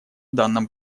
данном